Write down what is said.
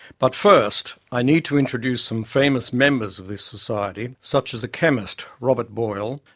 but first, i need to introduce some famous members of this society, such as the chemist, robert boyle,